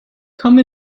come